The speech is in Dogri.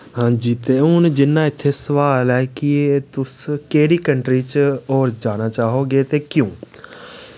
हां जी ते हून जि'यां इत्थै सोआल ऐ कि तुस केह्ड़ी कंट्री च होर जाना चाह्गे ते क्यों